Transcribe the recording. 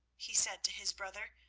he said to his brother,